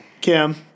Kim